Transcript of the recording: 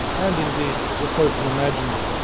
and indeed the social imaginary,